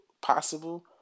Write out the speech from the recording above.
possible